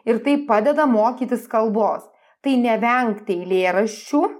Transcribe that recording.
ir tai padeda mokytis kalbos tai nevengti eilėraščių